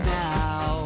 now